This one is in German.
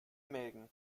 mägen